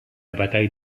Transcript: bataille